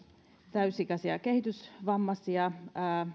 täysikäisiä kehitysvammaisia ja